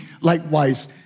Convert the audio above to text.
likewise